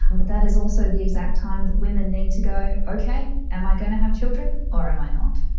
but that is also the exact time that women need to go, okay, am i going to have children or am i not?